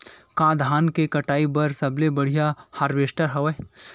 का धान के कटाई बर सबले बढ़िया हारवेस्टर हवय?